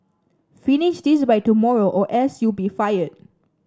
finish this by tomorrow or else you'll be fired